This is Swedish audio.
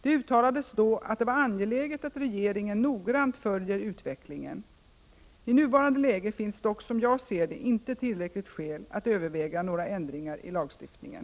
Det uttalades då att det var angeläget att regeringen noggrant följer utvecklingen. I nuvarande läge finns dock, som jag ser det, inte tillräckliga skäl att överväga några ändringar i lagstiftningen.